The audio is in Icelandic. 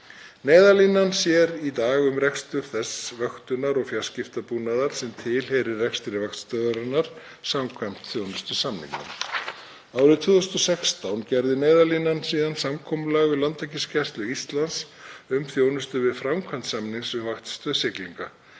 Neyðarlínan sér í dag um rekstur þess vöktunar- og fjarskiptabúnaðar sem tilheyrir rekstri vaktstöðvarinnar samkvæmt þjónustusamningi. Árið 2016 gerði Neyðarlínan síðan samkomulag við Landhelgisgæslu Íslands um þjónustu við framkvæmd samnings um vaktstöð siglinga.